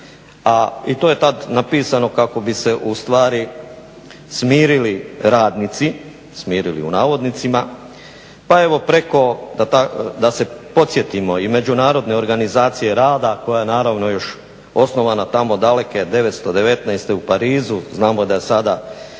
i to je tada napisano kako bi se ustvari "smirili" radnici, smirili u navodnicima. Pa evo preko, da se podsjetimo i međunarodne organizacije rada koja je naravno još osnovana tamo daleke 919. u Parizu, znamo da je sada